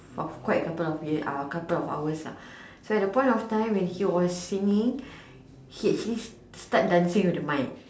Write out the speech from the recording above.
of quite a couple of hours ah so at the point of time when he was singing he actually start dancing with the mic